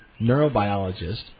neurobiologist